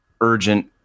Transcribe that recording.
urgent